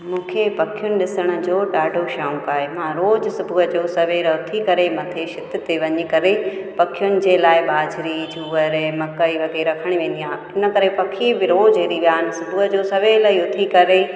मुखे पखियुनि ॾिसण जो ॾाढो शौक़ु आहे मां रोज़ु सुबुहु जो सवेलु उथी करे मथे छत ते वञी करे पखियुनि जे लाइ बाजरी जुअर मकई वग़ैरह खणी वेंदी आहियां इन करे पखी बि रोज़ु हीरी विया आहिनि सुबुहु जो सवेल ई उथी करे